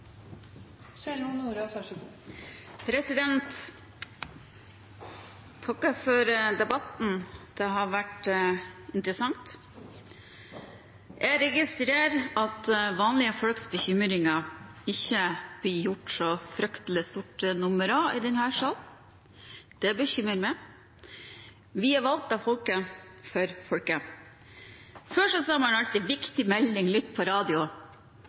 takker for debatten. Det har vært interessant. Jeg registrerer at vanlige folks bekymringer ikke blir gjort så fryktelig stort nummer av i denne salen. Det bekymrer meg. Vi er valgt av folket for folket. Før sa man alltid: Viktig melding, lytt på radio.